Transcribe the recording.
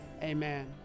amen